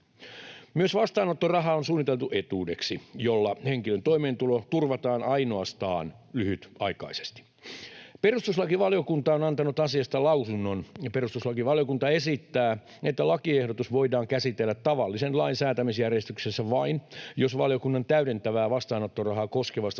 Myös vastaanottoraha on suunniteltu etuudeksi, jolla henkilön toimeentulo turvataan ainoastaan lyhytaikaisesti. Perustuslakivaliokunta on antanut asiasta lausunnon. Perustuslakivaliokunta esittää, että lakiehdotus voidaan käsitellä tavallisen lain säätämisjärjestyksessä vain, jos valiokunnan täydentävää vastaanottorahaa koskevasta